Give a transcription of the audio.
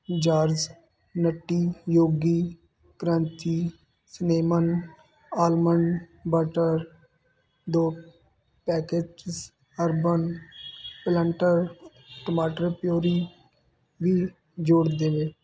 George nutty yogi crunchy cinnamon almond butter ਦੋ packets urban planter ਟਮਾਟਰ puree ਵੀ ਜੋੜ ਦੇਵੇ